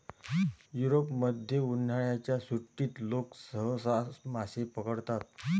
युरोपमध्ये, उन्हाळ्याच्या सुट्टीत लोक सहसा मासे पकडतात